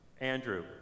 Andrew